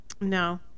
No